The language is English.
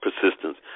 persistence